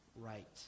right